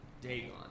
Dagon